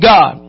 God